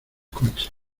coche